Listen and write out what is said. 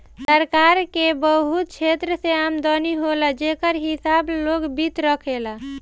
सरकार के बहुत क्षेत्र से आमदनी होला जेकर हिसाब लोक वित्त राखेला